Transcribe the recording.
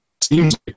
seems